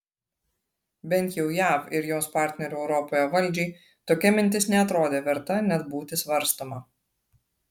bent jau jav ir jos partnerių europoje valdžiai tokia mintis neatrodė verta net būti svarstoma